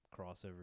crossover